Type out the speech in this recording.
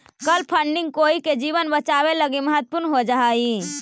कल फंडिंग कोई के जीवन बचावे लगी महत्वपूर्ण हो जा हई